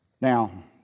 Now